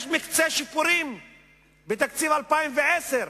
יש מקצה שיפורים בתקציב 2010,